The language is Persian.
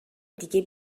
دیگه